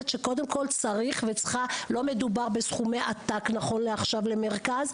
לא מדובר בסכומי עתק נכון לעכשיו למרכז,